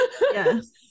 Yes